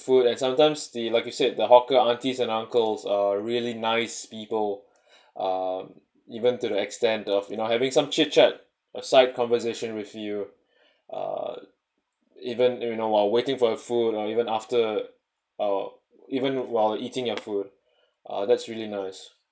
food and sometimes the like I said the hawker aunties and uncles are really nice people um even to the extent of you know having some chitchat or side conversation with you err even you know while waiting for her food or even after our even while eating your food uh that's really nice